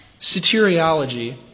soteriology